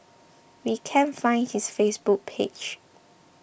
we can't find his Facebook page